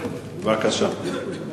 ברכה.